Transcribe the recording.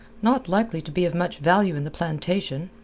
not likely to be of much value in the plantation.